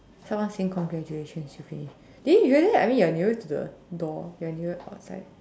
someone saying congratulation she finished did you hear that I mean you're nearer to the door you're nearer outside